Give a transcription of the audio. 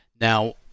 Now